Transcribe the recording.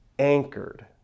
anchored